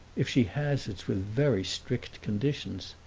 if she has it's with very strict conditions,